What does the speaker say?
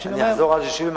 אני אחזור על זה שוב,